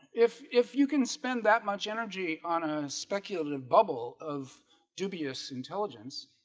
if if you can spend that much energy on a speculative bubble of dubious intelligence